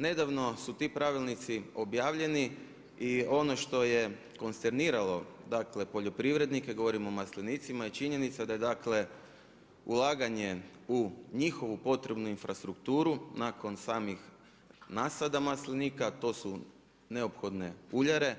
Nedavno su ti pravilnici objavljeni i ono što je konsterniralo dakle, poljoprivrednike, govorimo o maslinicima je činjenica da je dakle, ulaganje u njihovu potrebnu infrastrukturu nakon samih nasada maslinika, to su neophodne uljare,